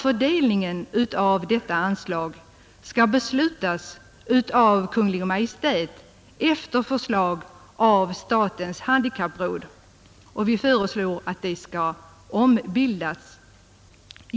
Fördelningen mellan handikapporganisationer av detta anslag skall enligt utredningens förslag beslutas av Kungl. Maj:t efter förslag från statens handikappråd som utredningen föreslår skall ombildas.